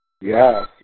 Yes